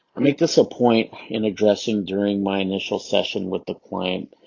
i make this a point in addressing during my initial session with the client,